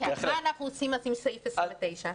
מה אנחנו עושים עם סעיף 29?